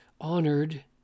honored